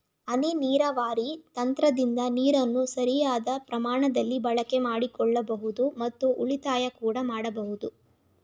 ಹನಿ ನೀರಾವರಿ ತಂತ್ರದಿಂದ ನೀರನ್ನು ಸರಿಯಾದ ಪ್ರಮಾಣದಲ್ಲಿ ಬಳಕೆ ಮಾಡಿಕೊಳ್ಳಬೋದು ಮತ್ತು ಉಳಿತಾಯ ಕೂಡ ಮಾಡಬೋದು